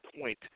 point